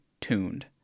tuned